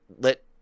let